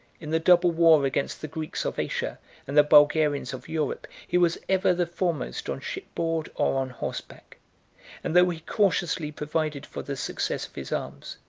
in the double war against the greeks of asia and the bulgarians of europe, he was ever the foremost on shipboard or on horseback and though he cautiously provided for the success of his arms,